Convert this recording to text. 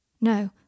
No